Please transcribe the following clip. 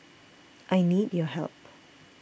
I need your help